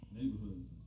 neighborhoods